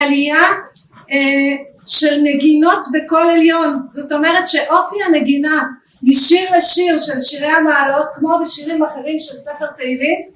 עלייה של נגינות בקול עליון, זאת אומרת שאופי הנגינה משיר לשיר של שירי המעלות כמו בשירים אחרים של ספר תהילים